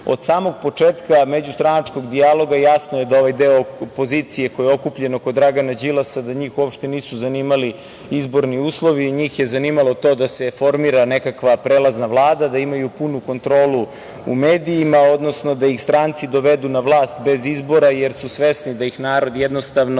od samog početka međustranačkog dijaloga, jasno je da ovaj deo opozicije koji je okupljen oko Dragana Đilasa da njih uopšte nisu zanimali izborni uslovi, njih je zanimalo to da se formira nekakva prelazna Vlada, da imaju punu kontrolu u medijima, odnosno da ih stranci dovedu na vlast bez izbora, jer su svesni da ih narod, jednostavno,